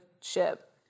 ship